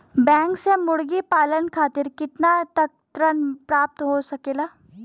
Bank से मुर्गी पालन खातिर कितना तक ऋण प्राप्त हो सकेला?